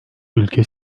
ülke